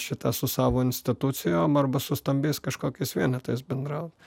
šitą su savo institucijom arba su stambiais kažkokias vienetais bendraut